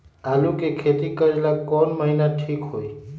आलू के खेती करेला कौन महीना ठीक होई?